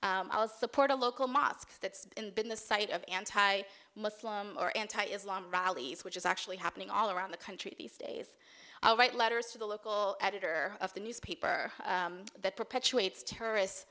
i'll support a local mosque that's been the site of anti muslim or anti islam rallies which is actually happening all around the country these days i'll write letters to the local editor of the newspaper that perpetuates terrorists